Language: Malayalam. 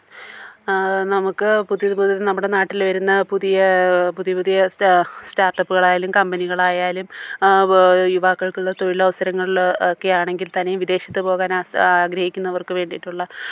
നമുക്ക് പുതിയത് പുതിയത് നമ്മുടെ നാട്ടിൽ വരുന്ന പുതിയ പുതിയ പുതിയ സ്റ്റാട്ടപ്പുകളായാലും കമ്പനികളായാലും യുവാക്കള്ക്കുള്ള തൊഴിലവസരങ്ങൾ ഒക്കെ ആണെങ്കില്ത്തന്നെയും വിദേശത്ത് പോകാനായി ആഗ്രഹിക്കുന്നവര്ക്ക് വേണ്ടിയിട്ടുള്ള